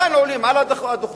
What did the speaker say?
כאן עולים על הדוכן,